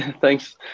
Thanks